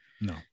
no